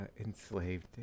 enslaved